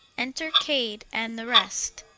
enter cade and the rest.